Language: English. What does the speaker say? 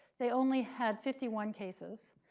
they only had fifty one cases.